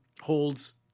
holds